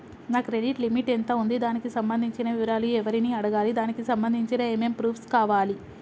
నా credit limit ఎంత ఉంది? దానికి సంబంధించిన వివరాలు ఎవరిని అడగాలి? దానికి సంబంధించిన ఏమేం ప్రూఫ్స్ కావాలి?